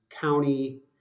county